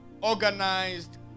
organized